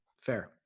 fair